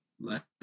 let